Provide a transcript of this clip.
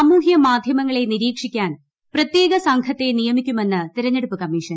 സാമൂഹൃ മാധൃമങ്ങളെ നിരീക്ഷിക്കാൻ പ്രത്യേക സംഘത്തെ നിയമിക്കുമെന്ന് തിരഞ്ഞെടുപ്പ് കമ്മീഷൻ